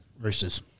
roosters